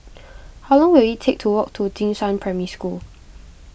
how long will it take to walk to Jing Shan Primary School